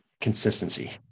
consistency